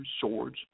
swords